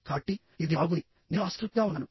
కాబట్టి ఇది బాగుంది నేను అసంతృప్తిగా ఉన్నాను